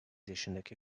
yaşındaki